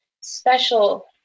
special